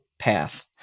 path